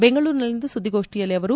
ಬೆಂಗಳೂರಿನಲ್ಲಿಂದು ಸುದ್ದಿಗೋಷ್ಠಿಯಲ್ಲಿ ಅವರು